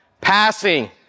Passing